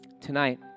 Tonight